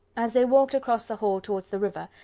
as they walked across the hall towards the river,